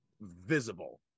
visible